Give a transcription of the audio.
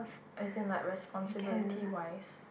as in like responsibilities wise